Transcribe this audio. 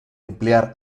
emplear